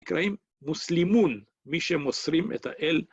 ‫נקראים מוסלימון, ‫מי שהם מוסרים את האל.